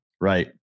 Right